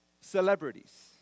celebrities